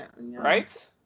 Right